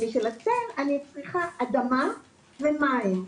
אני צריכה אדמה ומים.